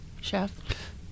chef